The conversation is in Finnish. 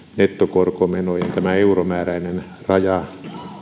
nettokorkomenojen euromääräinen raja